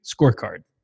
scorecard